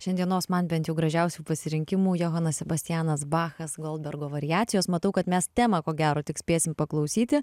šiandienos man bent jau gražiausių pasirinkimų johanas sebastianas bachas goldbergo variacijos matau kad mes temą ko gero tik spėsim paklausyti